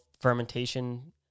fermentation